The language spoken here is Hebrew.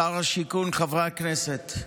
שר השיכון, חברי הכנסת,